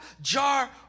jar